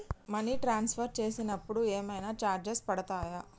Money transfer చేసినప్పుడు ఏమైనా charges పడతయా?